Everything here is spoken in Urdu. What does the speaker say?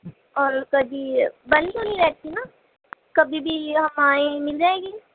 اور کبھی بند تو نہیں رہتی نا کبھی بھی ہم آئیں مل جائے گی